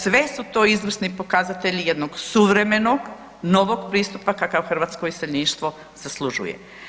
Sve su to izvrsni pokazatelji jednog suvremenog novog pristupa kakav hrvatsko iseljeništvo zaslužuje.